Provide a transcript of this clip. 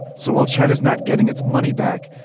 so while china's not getting its money back,